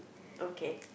okay